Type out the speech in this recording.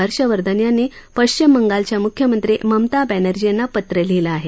हर्षवर्धन यांनी पश्चिम बंगालच्या मुख्यमंत्री ममता बॅनर्जी यांना पत्र लिहिलं आहे